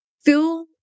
fill